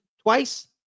twice